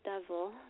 Devil